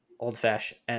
Old-fashioned